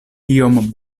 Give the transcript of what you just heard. iom